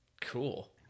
Cool